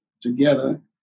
together